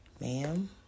ma'am